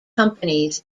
companies